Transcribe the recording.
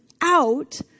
out